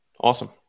Awesome